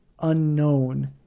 unknown